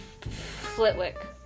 Flitwick